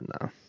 no